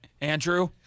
Andrew